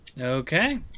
Okay